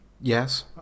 Yes